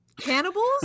Cannibals